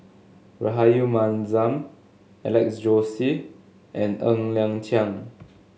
Rahayu Mahzam Alex Josey and Ng Liang Chiang